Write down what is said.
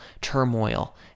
turmoil